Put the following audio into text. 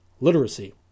Literacy